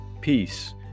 Peace